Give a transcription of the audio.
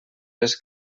les